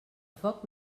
foc